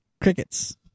Crickets